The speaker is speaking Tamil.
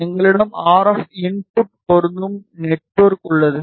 எங்களிடம் ஆர்எப் இன்புட் பொருந்தும் நெட்ஒர்க் உள்ளது